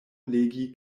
legi